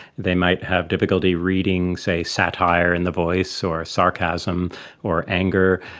they might have difficulty reading, say, satire in the voice, or sarcasm or anger.